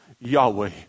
Yahweh